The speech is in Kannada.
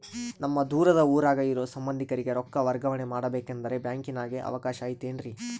ನಮ್ಮ ದೂರದ ಊರಾಗ ಇರೋ ಸಂಬಂಧಿಕರಿಗೆ ರೊಕ್ಕ ವರ್ಗಾವಣೆ ಮಾಡಬೇಕೆಂದರೆ ಬ್ಯಾಂಕಿನಾಗೆ ಅವಕಾಶ ಐತೇನ್ರಿ?